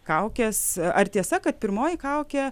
kaukes ar tiesa kad pirmoji kaukė